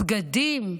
בגדים.